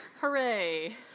hooray